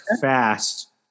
fast